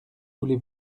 voulez